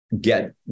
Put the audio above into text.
get